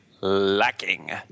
lacking